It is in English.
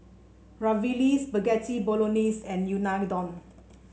Ravioli Spaghetti Bolognese and Unadon